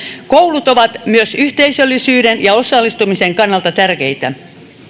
koulut ovat myös yhteisöllisyyden ja osallistumisen kannalta tärkeitä